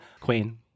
queen